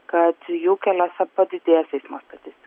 kad jų keliuose padidės eismo statistika